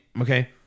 okay